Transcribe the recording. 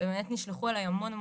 ובאמת נשלחו אלי המון סיפורים.